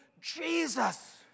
Jesus